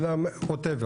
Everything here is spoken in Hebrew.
הבן אדם whatever.